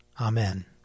Amen